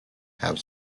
have